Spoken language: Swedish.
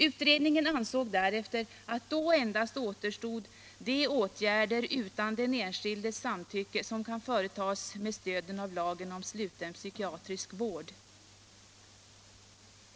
Utredningen ansåg därefter att då endast återstod de åtgärder utan den enskildes samtycke som kan företas med stöd av lagen om sluten psykiatrisk vård.